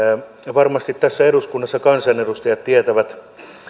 varmasti tässä eduskunnassa kansanedustajat tietävät